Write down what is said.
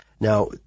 Now